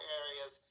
areas